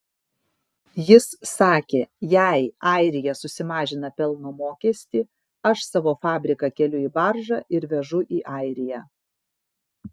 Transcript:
jis sakė jei airija susimažina pelno mokestį aš savo fabriką keliu į baržą ir vežu į airiją